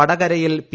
വടകരയിൽ പി